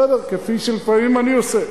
בסדר, כפי שלפעמים אני עושה.